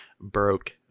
broke